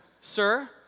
Sir